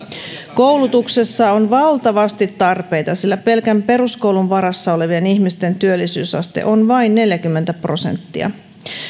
koulutuksessa on valtavasti tarpeita sillä pelkän peruskoulun varassa olevien ihmisten työllisyysaste on vain neljäkymmentä prosenttia